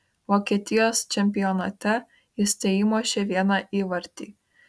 vokietijos čempionate jis teįmušė vieną įvartį